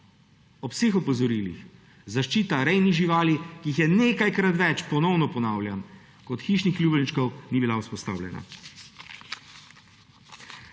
ob vseh opozorilih zaščita rejnih živali, ki jih je nekajkrat več, ponovno ponavljam, kot hišnih ljubljenčkov, ni bila vzpostavljena.